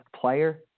player